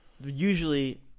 usually